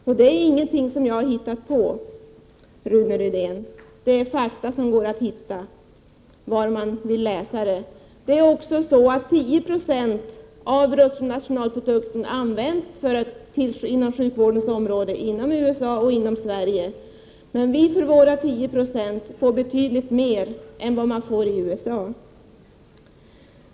Det här är inte någonting som jag har hittat på, Rune Rydén, utan det är fakta som går att hitta om man vill finna dem. Det är också så att 10 90 av bruttonationalprodukten används till sjukvårdens område i USA liksom i Sverige. Men för våra 10 96 får vi betydligt mer än vad man får i USA.